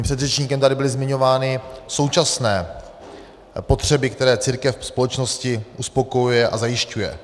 Mým předřečníkem tady byly zmiňovány současné potřeby, které církev ve společnosti uspokojuje a zajišťuje.